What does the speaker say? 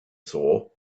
saw